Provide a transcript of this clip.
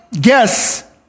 guess